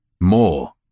More